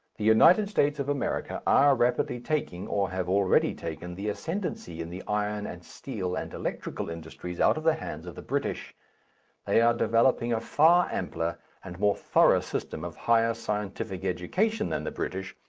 the united states of america are rapidly taking, or have already taken, the ascendency in the iron and steel and electrical industries out of the hands of the british they are developing a far ampler and more thorough system of higher scientific education than the british,